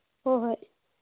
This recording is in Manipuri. ꯍꯣ ꯍꯣꯏ